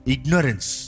Ignorance